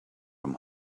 from